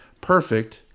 perfect